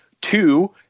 Two